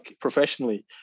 professionally